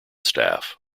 staff